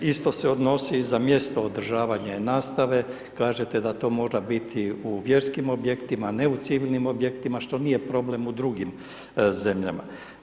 Isto se odnosi i za mjesto održavanje nastave, kažete da to mora biti u vjerskim objektima, ne u civilnim objektima, što nije problem u drugim zemljama.